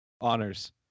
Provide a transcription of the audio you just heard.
honors